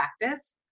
practice